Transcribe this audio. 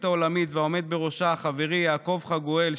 העולמית והעומד בראשה חברי יעקב חגואל,